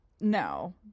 no